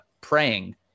praying